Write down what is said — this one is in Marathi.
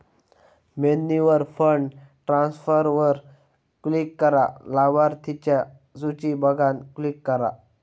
मेन्यूवर फंड ट्रांसफरवर क्लिक करा, लाभार्थिंच्या सुची बघान क्लिक करा